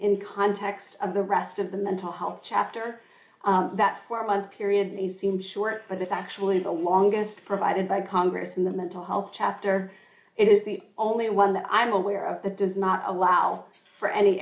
in context of the rest of the mental health chapter that form of period he seems short but this actually is the longest provided by congress in the mental health chapter it is the only one that i'm aware of that does not allow for any